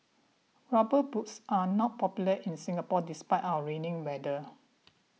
rubber boots are not popular in Singapore despite our rainy weather